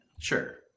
Sure